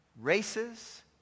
races